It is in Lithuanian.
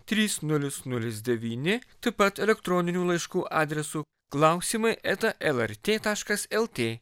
trys nulis nulis devyni taip pat elektroninių laiškų adresu klausimai eta lrt taškas lt